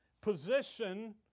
position